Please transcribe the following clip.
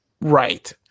Right